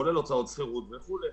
כולל הוצאות שכירות וכו'.